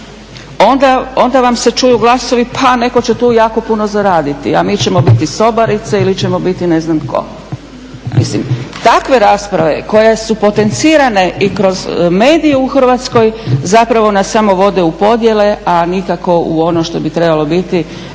onda vam se čuju glasovi, pa netko će tu jako puno zaraditi, a mi ćemo biti sobarice ili ćemo biti ne znam tko. Takve rasprave koje su potencirane i kroz medije u Hrvatskoj, zapravo nas samo vode u podjele, a nikako u ono što bi trebalo biti